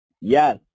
Yes